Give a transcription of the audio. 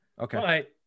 Okay